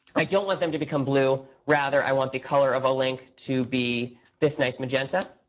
i don't want them to become blue, rather i want the color of a link to be this nice magenta.